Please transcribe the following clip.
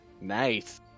Nice